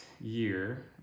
year